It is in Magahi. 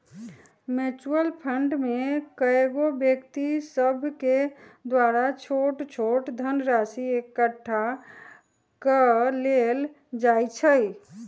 म्यूच्यूअल फंड में कएगो व्यक्ति सभके द्वारा छोट छोट धनराशि एकठ्ठा क लेल जाइ छइ